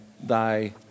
thy